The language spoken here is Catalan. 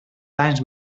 danys